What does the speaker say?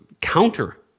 counter